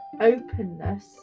openness